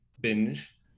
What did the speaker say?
binge